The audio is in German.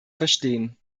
verstehen